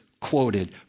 quoted